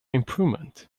improvement